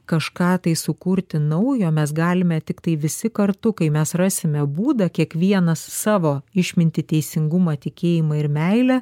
kažką tai sukurti naujo mes galime tiktai visi kartu kai mes rasime būdą kiekvienas savo išmintį teisingumą tikėjimą ir meilę